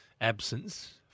absence